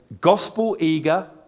gospel-eager